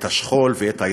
את השכול ואת היתמות.